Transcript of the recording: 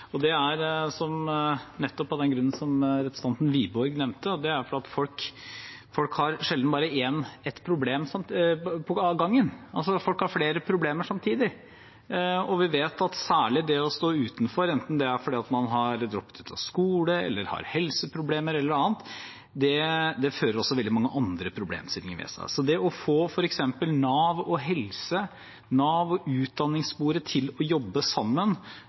samarbeide bedre. Det er nettopp av den grunn, som representanten Wiborg nevnte, at folk sjelden har bare ett problem om gangen, folk har flere problemer samtidig. Og vi vet at særlig det å stå utenfor, enten fordi man har droppet ut av skole, har helseproblemer eller noe annet, også fører veldig mange andre problemstillinger med seg. Så det å få f.eks. Nav og helse, Nav og utdanningssporet til å jobbe sammen